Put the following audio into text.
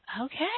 Okay